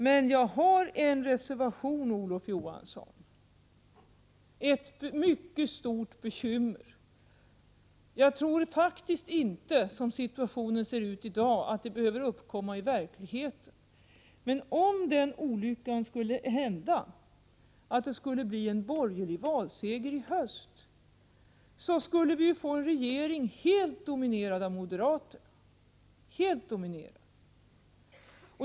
Men jag gör en reservation, Olof Johansson — det gäller ett mycket stort bekymmer. Jag tror faktiskt inte, som situationen ser ut i dag, att det behöver bli verklighet. Men om olyckan skulle hända och det blev en borgerlig valseger i höst, så skulle vi ju få en regering helt dominerad av moderaterna.